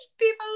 people